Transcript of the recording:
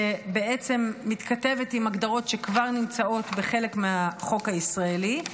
שבעצם מתכתבת עם הגדרות שכבר נמצאות בחלק מהחוק הישראלי.